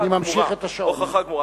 הוכחה גמורה.